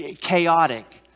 chaotic